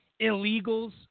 illegals